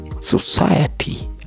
society